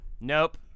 Nope